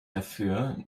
dafür